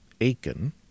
Aiken